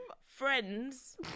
friends